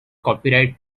copyright